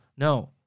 No